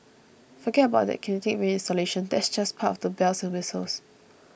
forget about that Kinetic Rain installation that's just part of the bells and whistles